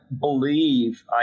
believe